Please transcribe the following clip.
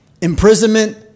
imprisonment